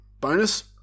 bonus